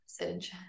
message